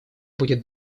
будет